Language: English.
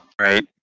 Right